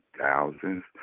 thousands